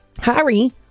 Harry